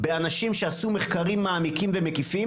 באנשים שעשו מחקרים מעמיקים ומקיפים